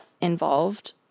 involved